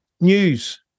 news